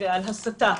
ועל הסתה,